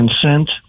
consent